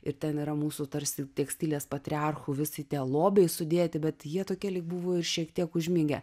ir ten yra mūsų tarsi tekstilės patriarchų visi tie lobiai sudėti bet jie tokie lyg buvo ir šiek tiek užmigę